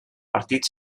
partit